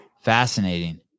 Fascinating